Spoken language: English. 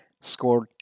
scored